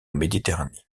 méditerranée